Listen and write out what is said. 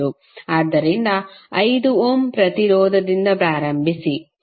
ಆದ್ದರಿಂದ 5 ಓಮ್ ಪ್ರತಿರೋಧದಿಂದ ಪ್ರಾರಂಭಿಸಿ